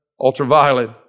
ultraviolet